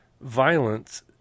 violence